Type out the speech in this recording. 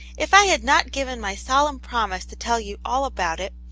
if i had not given my solemn promise to tell you all about it,